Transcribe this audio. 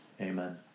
Amen